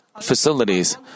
facilities